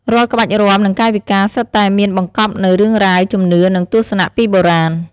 រាល់ក្បាច់រាំ និងកាយវិការសុទ្ធតែមានបង្កប់នូវរឿងរ៉ាវ ជំនឿ និងទស្សនៈពីបុរាណ។